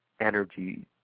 energy